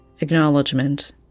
Acknowledgement